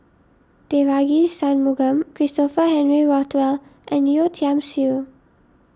Devagi Sanmugam Christopher Henry Rothwell and Yeo Tiam Siew